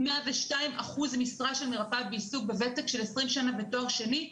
102 אחוזי משרה של מרפאה בעיסוק עם ותק של 20 שנה ותואר שני,